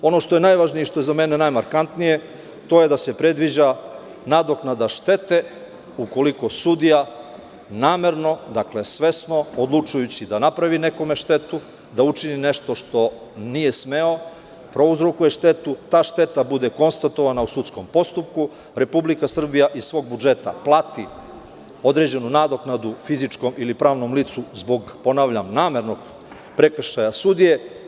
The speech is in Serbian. Ono što je najvažnije i za mene najmarkantnije, to je da se predviđa nadoknada štete ukoliko sudija namerno, svesno odlučujući da napravi nekome štetu, da učini nešto što nije smeo, prouzrokuje štetu, a ta šteta bude konstatovana u sudskom postupku, Republika Srbija iz svog budžeta plati određenu nadoknadu fizičkom ili pravnom licu zbog namernog prekršaja sudije.